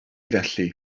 felly